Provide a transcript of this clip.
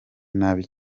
nabi